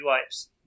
wipes